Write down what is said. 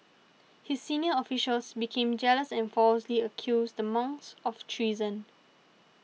his senior officials became jealous and falsely accused the monks of treason